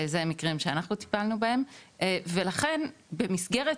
זה מקרים שאנחנו טיפלנו בהם ולכן במסגרת